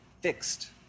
fixed